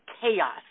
chaos